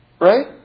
Right